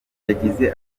yagize